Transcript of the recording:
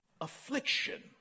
affliction